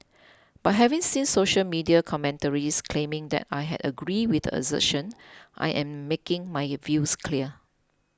but having seen social media commentaries claiming that I had agreed with the assertion I am making my views clear